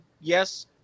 Yes